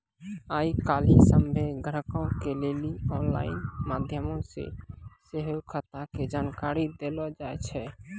आइ काल्हि सभ्भे ग्राहको के लेली आनलाइन माध्यमो से सेहो खाता के जानकारी देलो जाय छै